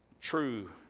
true